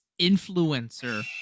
influencer